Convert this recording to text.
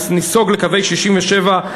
ניסוג לקווי 67',